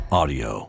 audio